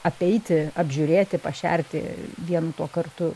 apeiti apžiūrėti pašerti vienu tuo kartu